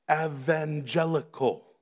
evangelical